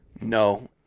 No